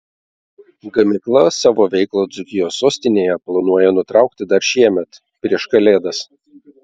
gamykla savo veiklą dzūkijos sostinėje planuoja nutraukti dar šiemet prieš kalėdas